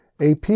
AP